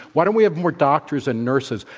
why don't we have more doctors and nurses?